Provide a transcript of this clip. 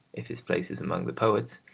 if his place is among the poets,